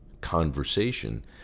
conversation